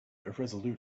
irresolute